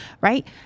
right